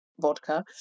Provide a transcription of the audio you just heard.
vodka